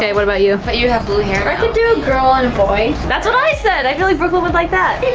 yeah what about you? but you have blue hair now. i could do a girl and boy. that's what i said! i feel like brooklyn would like that.